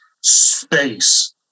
space